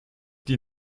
die